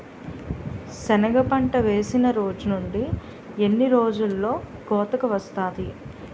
సెనగ పంట వేసిన రోజు నుండి ఎన్ని రోజుల్లో కోతకు వస్తాది?